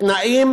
תנאים